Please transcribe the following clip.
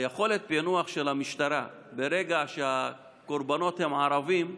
יכולת הפענוח של המשטרה, ברגע שהקורבנות הם ערבים,